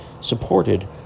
supported